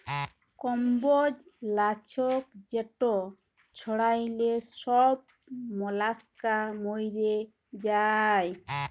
কম্বজ লাছক যেট ছড়াইলে ছব মলাস্কা মইরে যায়